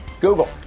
Google